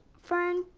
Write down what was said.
fern,